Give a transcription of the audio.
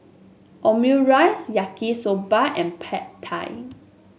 Omurice Yaki Soba and Pad Thai